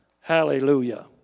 Hallelujah